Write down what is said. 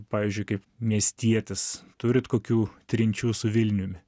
pavyzdžiui kaip miestietis turit kokių trinčių su vilniumi